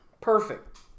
Perfect